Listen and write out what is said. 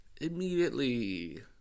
immediately